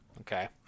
Okay